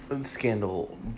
scandal